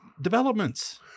developments